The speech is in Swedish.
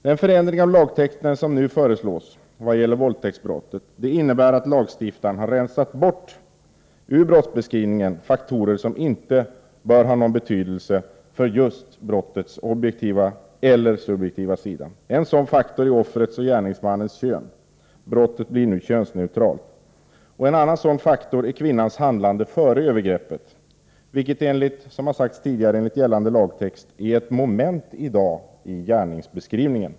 Den förändring av lagtexten som nu föreslås vad gäller våldtäktsbrottet innebär att lagstiftaren har rensat bort ur brottsbeskrivningen faktorer som inte bör ha någon betydelse för just brottets objektiva eller subjektiva sida. En sådan faktor är offrets och gärningsmannens kön. Brottet blir nu könsneutralt. En annan sådan faktor är kvinnans handlande före övergrep pet, vilket som har sagts tidigare enligt gällande lagtext är ett moment i gärningsbeskrivningen.